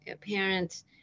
parents